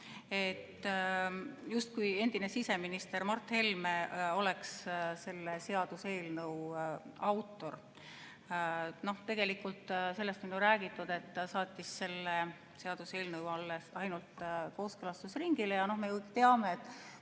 justkui endine siseminister Mart Helme oleks selle seaduseelnõu autor. Tegelikult on sellest ju räägitud, et ta saatis selle seaduseelnõu ainult kooskõlastusringile. Me teame, et